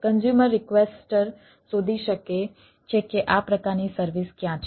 consumer requester શોધી શકે છે કે આ પ્રકારની સર્વિસ ક્યાં છે